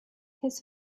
his